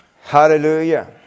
Hallelujah